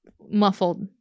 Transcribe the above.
muffled